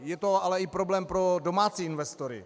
Je to ale i problém pro domácí investory.